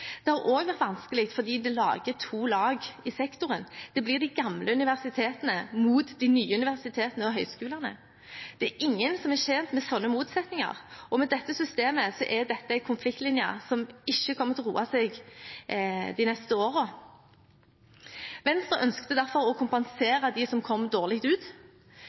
Det har også vært vanskelig fordi det blir to lag i sektoren. Det blir de gamle universitetene mot de nye universitetene og høgskolene. Det er ingen som er tjent med slike motsetninger, og med dette systemet er dette en konfliktlinje som ikke kommer til å roe seg de neste årene. Venstre ønsket derfor å kompensere dem som kom dårlig ut,